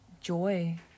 joy